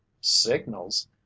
Signals